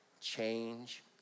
change